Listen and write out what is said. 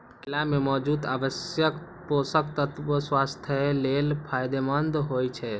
केला मे मौजूद आवश्यक पोषक तत्व स्वास्थ्य लेल फायदेमंद होइ छै